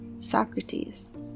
Socrates